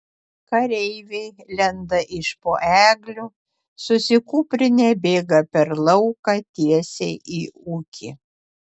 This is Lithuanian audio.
kareiviai lenda iš po eglių susikūprinę bėga per lauką tiesiai į ūkį